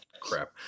crap